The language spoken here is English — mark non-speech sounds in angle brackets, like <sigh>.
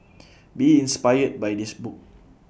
<noise> be inspired by this book